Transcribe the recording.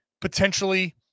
potentially